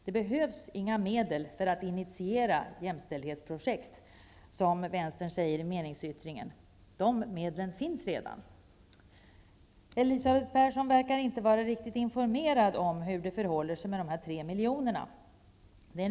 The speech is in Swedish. Det behövs inga medel för att initiera jämställdhetsprojekt, som Vänstern säger i meningsyttringen. De medlen finns redan. Elisabeth Persson verkar inte vara riktigt informerad om hur det förhåller sig med de här 3 miljonerna.